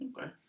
Okay